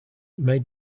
may